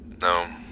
No